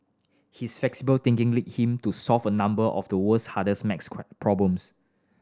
his flexible thinking lead him to solve a number of the world's hardest max problems